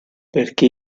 perché